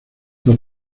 los